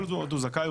כל עוד הוא זכאי,